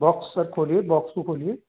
box sir खोलिए box को खोलिए